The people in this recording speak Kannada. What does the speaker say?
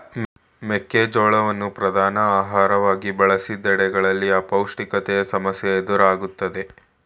ಮೆಕ್ಕೆ ಜೋಳವನ್ನು ಪ್ರಧಾನ ಆಹಾರವಾಗಿ ಬಳಸಿದೆಡೆಗಳಲ್ಲಿ ಅಪೌಷ್ಟಿಕತೆಯ ಸಮಸ್ಯೆ ಎದುರಾಯ್ತು